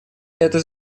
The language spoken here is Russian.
это